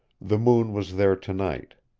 the moon was there tonight.